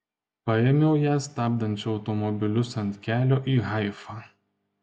paėmiau ją stabdančią automobilius ant kelio į haifą